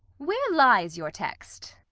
where lies your text?